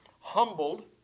humbled